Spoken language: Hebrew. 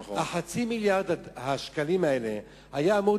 חצי מיליארד השקלים האלה היו אמורים